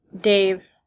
Dave